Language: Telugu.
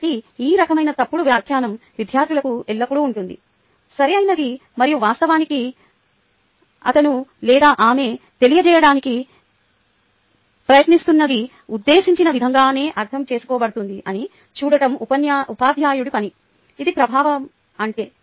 కాబట్టి ఈ రకమైన తప్పుడు వ్యాఖ్యానం విద్యార్థులకు ఎల్లప్పుడూ ఉంటుంది సరియైనది మరియు వాస్తవానికి అతను లేదా ఆమె తెలియజేయడానికి ప్రయత్నిస్తున్నది ఉద్దేశించిన విధంగానే అర్థం చేసుకోబడుతుందని చూడటం ఉపాధ్యాయుడి పని ఇది ప్రభావం అంటే